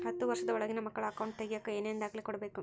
ಹತ್ತುವಷ೯ದ ಒಳಗಿನ ಮಕ್ಕಳ ಅಕೌಂಟ್ ತಗಿಯಾಕ ಏನೇನು ದಾಖಲೆ ಕೊಡಬೇಕು?